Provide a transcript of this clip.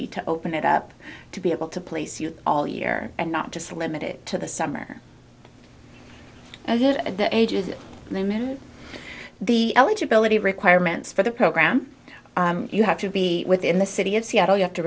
be to open it up to be able to place you all year and not just limited to the summer at the age of limon the eligibility requirements for the program you have to be within the city of seattle you have to